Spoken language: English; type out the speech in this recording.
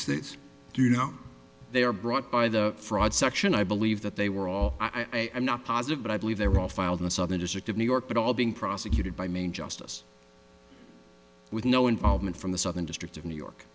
states you know they are brought by the fraud section i believe that they were all i'm not positive but i believe they were all filed in the southern district of new york but all being prosecuted by main justice with no involvement from the southern district of new